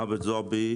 עבד זועבי,